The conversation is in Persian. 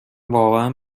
واقعا